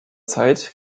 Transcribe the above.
zeit